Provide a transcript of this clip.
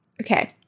Okay